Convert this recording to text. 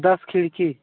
दस खिड़की